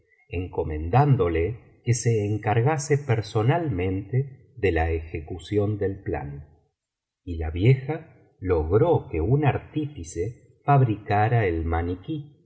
encomendándole que se encargase personalmente de la ejecución del plan y la vieja logró que un artífice fabricara el maniquí